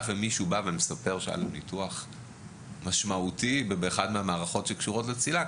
אם מישהו מספר שהיה לו ניתוח משמעותי באחת מהמערכות שקשורות לצלילה,